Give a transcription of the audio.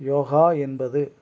யோகா என்பது